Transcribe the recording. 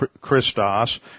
Christos